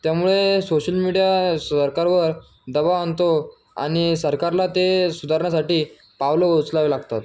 त्यामुळे social media सरकारवर दबाव आणतो आणि सरकारला ते सुधारण्यासाठी पावलं उचलावे लागतात